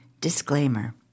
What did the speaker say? Disclaimer